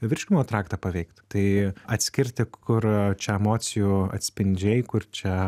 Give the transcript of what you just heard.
virškinimo traktą paveikt tai atskirti kur čia emocijų atspindžiai kur čia